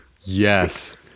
Yes